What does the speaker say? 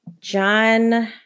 John